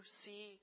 see